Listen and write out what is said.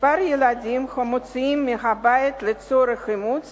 מספר הילדים המוצאים מהבית לצורך אימוץ